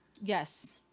Yes